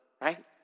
right